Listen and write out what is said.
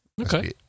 okay